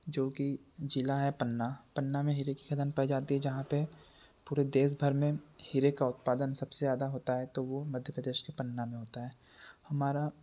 जो की ज़िला है पन्ना पन्ना में हीरे की खदान पाई जाती है जहाँ पर पूरे देश भर में हीरे का उत्पादन सबसे ज़्यादा होता है तो वो मध्य प्रदेश के पन्ना में होता है हमारा